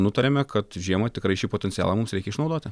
nutarėme kad žiemą tikrai šį potencialą mums reikia išnaudoti